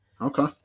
Okay